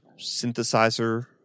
synthesizer